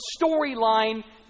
storyline